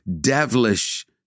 devilish